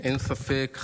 אין ספק,